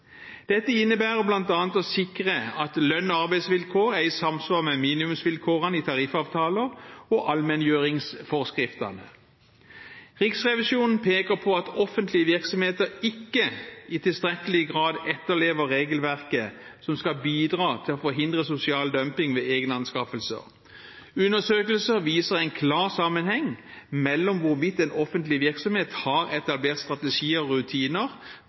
Dette innebærer bl.a. å sikre at lønns- og arbeidsvilkår er i samsvar med minimumsvilkårene i tariffavtaler og allmenngjøringsforskriftene. Riksrevisjonen peker på at offentlige virksomheter ikke i tilstrekkelig grad etterlever regelverket som skal bidra til å forhindre sosial dumping ved egne anskaffelser. Undersøkelser viser en klar sammenheng mellom hvorvidt en offentlig virksomhet har etablert strategier og rutiner